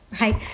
right